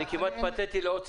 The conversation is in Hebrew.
אני כמעט התפתיתי לעוד סיפור,